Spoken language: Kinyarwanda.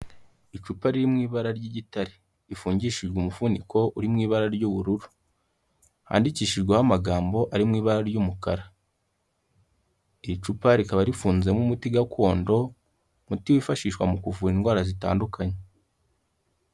Icupa riri mu ibara ry'igitare, rifungishijwe umufuniko uri mu ibara ry'ubururu, handikishijweho amagambo ari mu ibara ry'umukara, iri cupa rikaba rifunzemo umuti gadondo, umuti wifashishwa mu kuvura indwara zitandukanye.